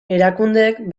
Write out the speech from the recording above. erakundeek